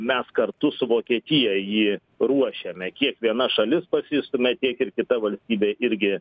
mes kartu su vokietija jį ruošiame kiek viena šalis pasistumia tiek ir kita valstybė irgi